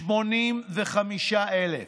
85,000,